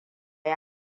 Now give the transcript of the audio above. yi